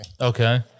Okay